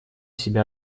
себя